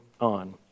on